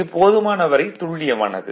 இது போதுமான வரை துல்லியமானது